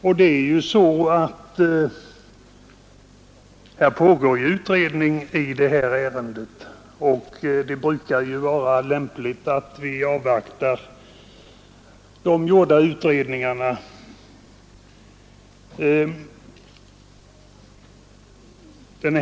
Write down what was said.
Men det är ju så att det nu pågår en utredning om åtgärder mot buller, och det brukar anses lämpligt att avvakta resultatet av pågående utredningars arbete.